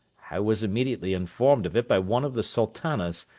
i was immediately informed of it by one of the sultanas,